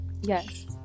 yes